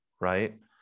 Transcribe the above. right